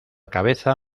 cabeza